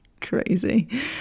crazy